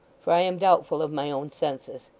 for i am doubtful of my own senses.